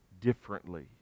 differently